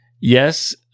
Yes